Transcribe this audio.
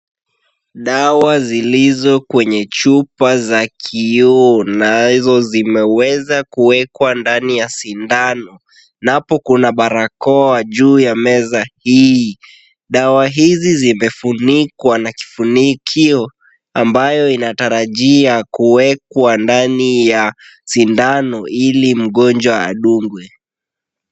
Dawa zilizo kwenye chupa za kioo nazo zimeweza kuwekwa ndani ya sindano ,na hapo Kuna barakoa juu ya meza hii .Dawa hizi zimefunikwa na kifunikio ambayo inatarajia kuwekwa ndani ya sindano ili mgonjwa adungwe .